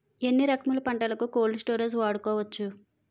ఎన్ని రకములు పంటలకు కోల్డ్ స్టోరేజ్ వాడుకోవచ్చు?